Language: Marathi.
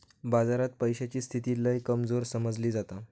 बाजारात पैशाची स्थिती लय कमजोर समजली जाता